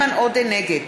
נגד